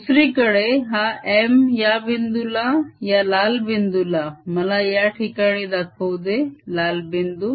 दुसरीकडे हा M या बिंदुला या लाल बिंदुला मला याठिकाणी दाखवू दे लाल बिंदू